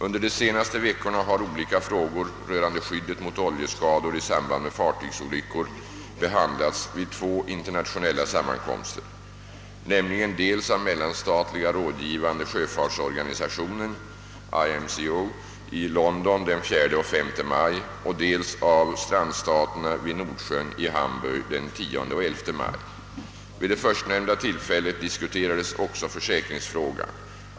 Under de senaste veckorna har olika frågor rörande skyddet mot oljeskador i samband med fartygsolyckor behandlats vid två internationella sammankomster, nämligen dels av Mellanstatliga rådgivande sjöfartsorganisationen i London den 4—5 maj och dels av strandstaterna vid Nordsjön i Hamburg den 10—11 maj. Vid det förstnämnda tillfället diskuterades också försäkringsfrågan.